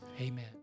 Amen